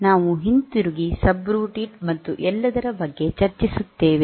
ಆದ್ದರಿಂದ ನಾವು ಹಿಂತಿರುಗಿ ಸಬ್ರುಟೀನ್ ಮತ್ತು ಎಲ್ಲದರ ಬಗ್ಗೆ ಚರ್ಚಿಸುತ್ತೇವೆ